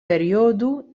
perjodu